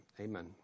Amen